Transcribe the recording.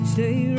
stay